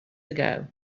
ago